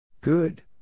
Good